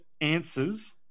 answers